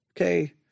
Okay